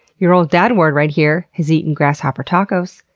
your old dad ward right here has eaten grasshopper tacos,